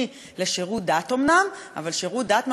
אבל שירות דת ממלכתי שניתן על-ידי הממלכה,